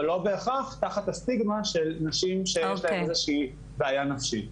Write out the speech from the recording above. אבל לא בהכרח תחת הסטיגמה של נשים שיש להן בעיה נפשית.